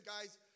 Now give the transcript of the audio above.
guys